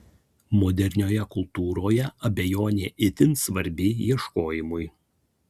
modernioje kultūroje abejonė itin svarbi ieškojimui